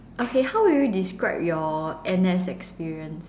okay how would you describe your N_S experience